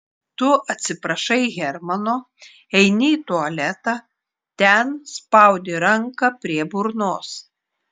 tu atsiprašai hermano eini į tualetą ten spaudi ranką prie burnos